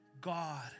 God